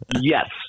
Yes